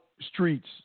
streets